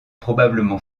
probablement